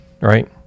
right